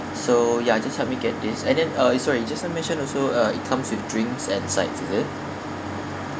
so ya just help me get this and then uh sorry you just now mentioned also uh it comes with drinks and sides is it